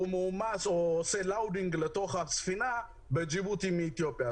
הוא מועמס או עושה הטענה לתוך הספינה בג'יבוטי מאתיופיה.